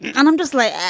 and i'm just like,